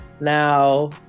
Now